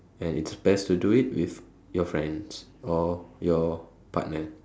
and it's best to do it with your friends or your partner